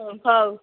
ହଁ ହଉ